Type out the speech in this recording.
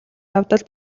явдал